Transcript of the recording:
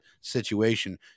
situation